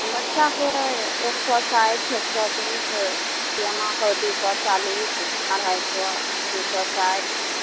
बच्चाके एक सए साठि एक सए बीस सिआनाके दू सए चालीस अढ़ाइ सए दू सए साठि